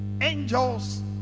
Angels